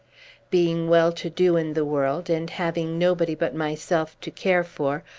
being well to do in the world, and having nobody but myself to care for,